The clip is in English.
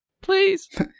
Please